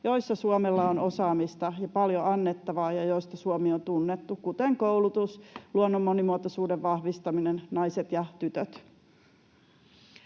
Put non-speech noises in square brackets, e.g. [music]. joissa Suomella on osaamista ja paljon annettavaa ja joista Suomi on tunnettu, kuten koulutuksesta, [noise] luonnon monimuotoisuuden vahvistamisesta sekä naisista